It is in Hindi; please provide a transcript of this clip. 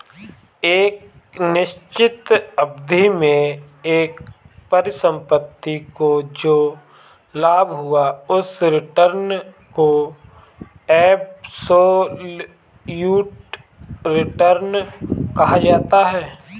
एक निश्चित अवधि में एक परिसंपत्ति को जो लाभ हुआ उस रिटर्न को एबसोल्यूट रिटर्न कहा जाता है